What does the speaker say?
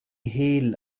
hehl